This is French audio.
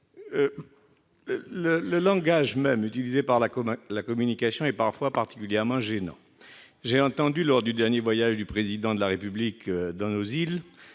Le langage utilisé pour la communication est parfois particulièrement gênant. J'ai ainsi entendu dire, lors du dernier voyage du Président de la République dans nos îles,